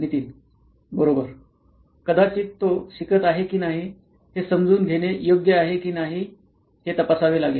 नितीन बरोबर कदाचित तो शिकत आहे की नाही हे समजून घेणे योग्य आहे की नाही हे तपासावे लागेल